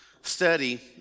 study